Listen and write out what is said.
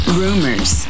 rumors